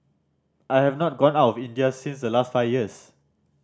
I have not gone out of India since last five years